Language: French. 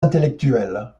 intellectuels